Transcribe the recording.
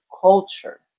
culture